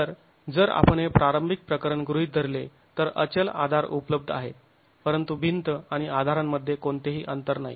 तर जर आपण हे प्रारंभिक प्रकरण गृहीत धरले तर अचल आधार उपलब्ध आहेत परंतु भिंत आणि आधारांमध्ये कोणतेही अंतर नाही